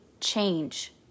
change